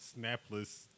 snapless